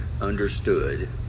understood